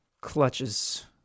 clutches